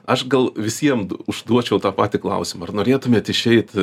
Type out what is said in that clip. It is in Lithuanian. aš gal visiem užduočiau tą patį klausimą ar norėtumėt išeit